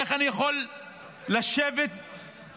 איך אני יכול לשבת בבית